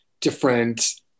different